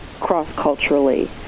cross-culturally